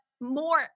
more